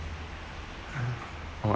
!huh! !wah!